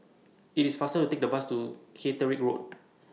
IT IS faster to Take The Bus to Caterick Road